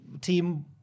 Team